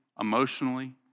emotionally